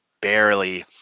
barely